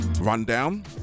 rundown